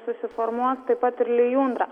susiformuos taip pat ir lijundra